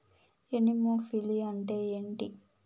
Anemophily అంటే ఏంటి?